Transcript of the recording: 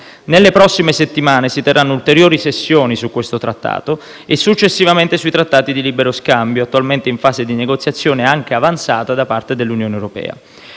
Nelle prossime settimane, si terranno ulteriori sessioni su questo Trattato e successivamente sui trattati di libero scambio attualmente in fase di negoziazione anche avanzata da parte dell'Unione europea.